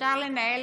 אפשר לנהל